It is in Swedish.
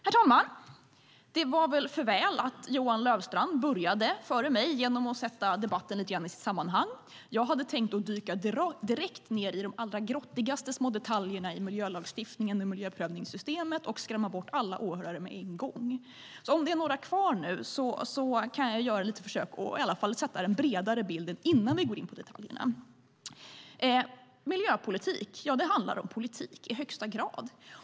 Herr talman! Det var för väl att Johan Löfstrand kom före mig och satte debatten lite grann i sitt sammanhang. Jag hade tänkt dyka direkt ned i de allra grottigaste små detaljerna i miljölagstiftningen och miljöprövningssystemet och skrämma bort alla åhörare med en gång. Men om det ändå är några kvar kan jag göra ett litet försök att i alla fall sätta den bredare bilden innan vi går in på detaljerna. Miljöpolitik handlar i allra högsta grad om politik.